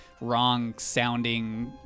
wrong-sounding